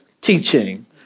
teaching